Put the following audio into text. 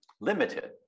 limited